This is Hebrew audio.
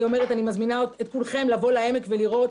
אני מזמינה את כולכם לבוא לעמק ולראות.